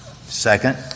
Second